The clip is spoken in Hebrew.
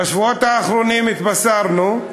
בשבועות האחרונים התבשרנו,